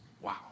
Wow